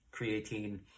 creatine